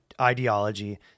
ideology